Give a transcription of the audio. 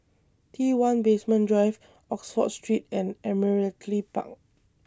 T one Basement Drive Oxford Street and Admiralty Park